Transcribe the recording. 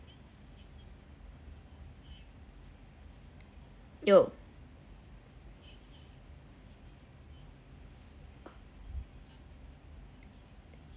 有